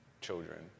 children